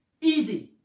Easy